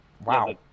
wow